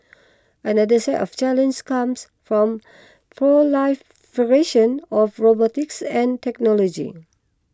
another set of challenges comes from proliferation of robotics and technology